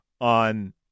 on